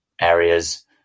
areas